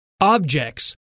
objects